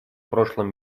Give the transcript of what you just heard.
прошлом